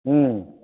हुँ